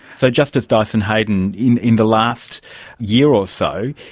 so justice dyson heydon in in the last year or so,